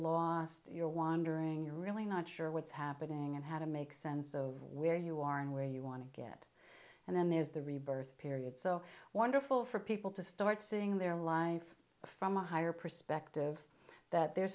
lost you're wandering you're really not sure what's happening and how to make sense of where you are and where you want to get and then there's the rebirth period so wonderful for people to start seeing their life from a higher perspective that their